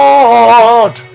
Lord